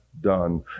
done